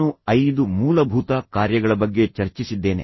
ನಾನು ಐದು ಮೂಲಭೂತ ಕಾರ್ಯಗಳ ಬಗ್ಗೆ ಚರ್ಚಿಸಿದ್ದೇನೆ